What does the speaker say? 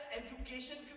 education